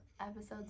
episode's